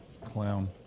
clown